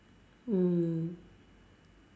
mm